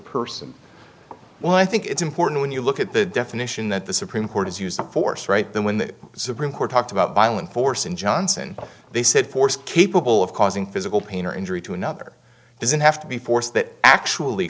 person well i think it's important when you look at the definition that the supreme court has used force right then when the supreme court talked about violent force in johnson they said force capable of causing physical pain or injury to another doesn't have to be force that actually